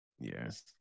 yes